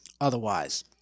otherwise